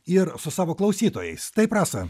ir su savo klausytojais taip rasa